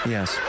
Yes